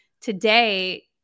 today